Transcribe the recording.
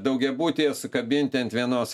daugiabutyje sukabinti ant vienos